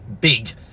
big